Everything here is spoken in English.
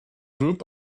group